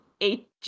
eight